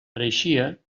pareixia